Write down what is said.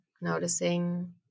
Noticing